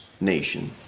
nation